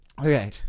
Okay